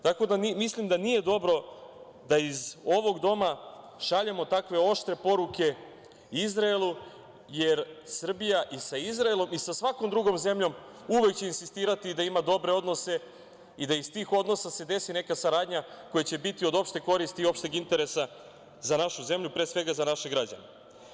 Tako da, mislim da nije dobro da iz ovog doma šaljemo takve oštre poruke Izraelu, jer Srbija i sa Izraelom i sa svakom drugom zemljom uvek će insistirati da ima dobre odnose i da iz tih odnosa se desi neka saradnja koja će biti od opšte koristi i od opšteg interesa za našu zemlju, pre svega za naše građane.